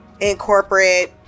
incorporate